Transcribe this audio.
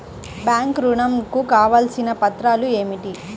Bank ఋణం కు కావలసిన పత్రాలు ఏమిటి?